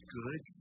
good